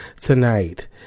tonight